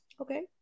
Okay